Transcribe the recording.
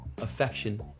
Affection